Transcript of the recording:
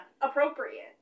appropriate